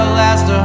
last